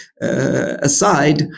aside